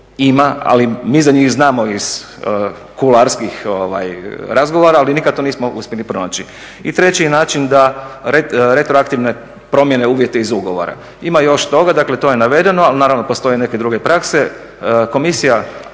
ima, ali mi za njih znamo iz kuloarskih razgovora, ali nikad to nismo uspjeli pronaći. I treći je način retroaktivne promjene uvjeta iz ugovora. Ima još toga, dakle to je navedeno, ali naravno postoje neke druge prakse. Komisija